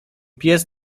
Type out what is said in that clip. pies